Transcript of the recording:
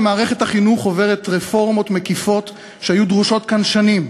ומערכת החינוך עוברת רפורמות מקיפות שהיו דרושות כאן שנים.